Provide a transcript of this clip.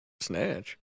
snatch